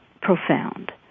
profound